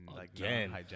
again